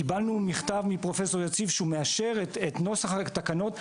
קיבלנו מכתב מפרופ' יציב שהוא מאשר את נוסח התקנות.